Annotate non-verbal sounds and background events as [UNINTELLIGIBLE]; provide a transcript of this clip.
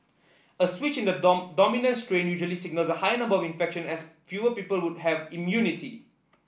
a switch in the [UNINTELLIGIBLE] dominant strain usually signals a higher number of infections as fewer people would have immunity